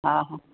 हा